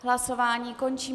Hlasování končím.